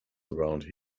around